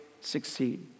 succeed